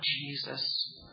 Jesus